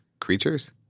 creatures